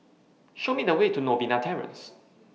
Show Me The Way to Novena Terrace